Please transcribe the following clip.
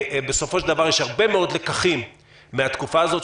בסופו של דבר יש הרבה מאוד לקחים מן התקופה הזאת,